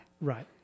Right